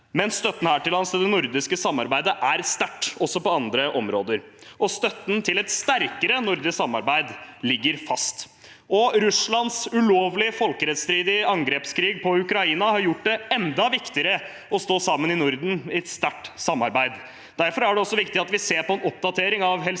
lands til det nordiske samarbeidet er sterkt også på andre områder. Støtten til et sterkere nordisk samarbeid ligger fast. Russlands ulovlige og folkerettsstridige angrepskrig mot Ukraina har gjort det enda viktigere å stå sammen i Norden i et sterkt samarbeid. Derfor er det også viktig at vi ser på en oppdatering av Helsingforsavtalen